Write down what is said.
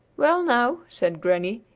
well, now, said granny,